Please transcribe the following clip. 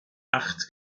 acht